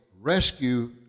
rescue